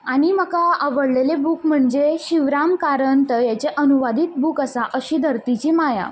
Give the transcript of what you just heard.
आनी म्हाका आवडलेले बूक म्हणजे शिवराम कारंत हेजें अनुवादीत बूक आसा अशी धरतीची माया